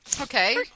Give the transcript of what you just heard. Okay